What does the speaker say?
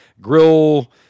grill